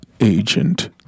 Agent